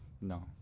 No